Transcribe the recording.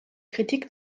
kritik